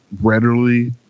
readily